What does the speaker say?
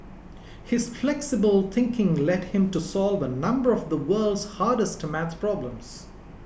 his flexible thinking led him to solve a number of the world's hardest math problems